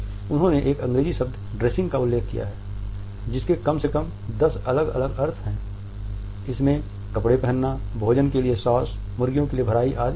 उन्होंने एक अंग्रेजी शब्द ड्रेसिंग का उल्लेख किया है जिसके कम से कम दस अलग अलग अर्थ हैं जिसमें कपड़े पहनना भोजन के लिए सॉस मुर्गियों के लिए भराई आदि शामिल है